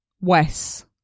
wes